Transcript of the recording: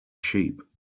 sheep